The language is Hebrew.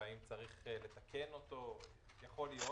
והאם צריך לתקן אותו יכול להיות.